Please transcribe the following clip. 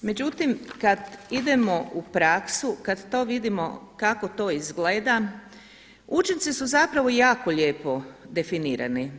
Međutim, kad idemo u praksu, kad to vidimo kako to izgleda učinci su zapravo jako lijepo definirani.